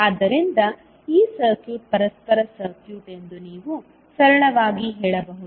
ಆದ್ದರಿಂದ ಈ ಸರ್ಕ್ಯೂಟ್ ಪರಸ್ಪರ ಸರ್ಕ್ಯೂಟ್ ಎಂದು ನೀವು ಸರಳವಾಗಿ ಹೇಳಬಹುದು